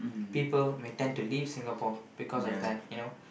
people may tend to leave Singapore because of that you know